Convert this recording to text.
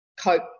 cope